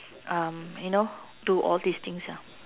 um you know do all these things ah